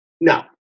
no